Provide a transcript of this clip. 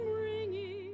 ringing